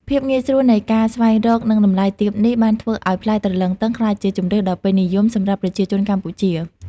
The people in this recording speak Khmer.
ភាពងាយស្រួលនៃការស្វែងរក និងតម្លៃទាបនេះបានធ្វើឲ្យផ្លែទ្រលឹងទឹងក្លាយជាជម្រើសដ៏ពេញនិយមសម្រាប់ប្រជាជនកម្ពុជា។